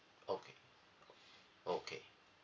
okay o~ okay